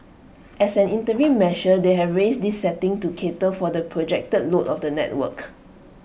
as an interim measure they have raised this setting to cater for the projected load of the network